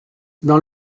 dans